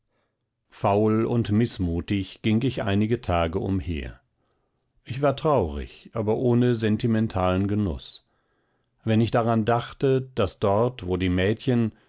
faul und mißmutig ging ich einige tage umher ich war traurig aber ohne sentimentalen genuß wenn ich daran dachte daß dort wo die mädchen